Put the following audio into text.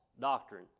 doctrine